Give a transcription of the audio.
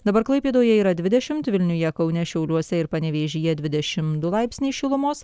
dabar klaipėdoje yra dvidešimt vilniuje kaune šiauliuose ir panevėžyje dvidešimt du laipsniai šilumos